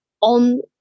on